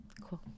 cool